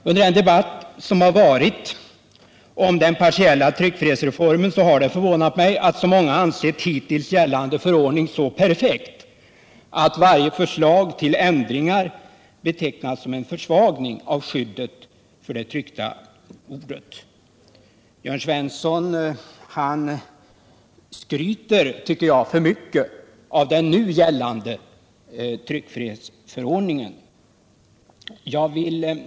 Under den debatt som har varit om den partiella tryckfrihetsreformen har det förvånat mig att så många ansett hittills gällande förordning så perfekt att varje förslag till ändring betecknats som en försvagning av skyddet för det tryckta ordet. Jörn Svensson skryter för mycket, tycker jag, om den nu gällande tryckfrihetsförordningen.